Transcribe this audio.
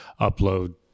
upload